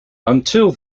until